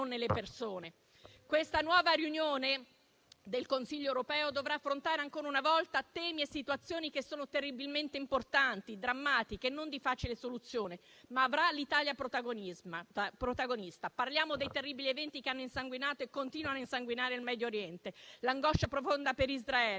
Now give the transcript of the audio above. nelle persone. Questa nuova riunione del Consiglio europeo dovrà affrontare ancora una volta temi e situazioni che sono terribilmente importanti, drammatiche e non di facile soluzione, ma avrà l'Italia protagonista. Parliamo dei terribili eventi che hanno insanguinato e continuano ad insanguinare il Medio Oriente, l'angoscia profonda per Israele,